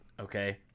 okay